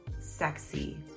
sexy